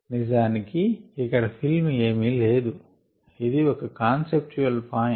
నిజానికి ఇక్కడ ఫిల్మ్ ఏమి లేదు ఇది ఒక కాన్సెప్టుయువల్ పాయింట్